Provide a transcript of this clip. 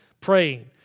praying